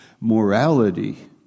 morality